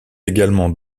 également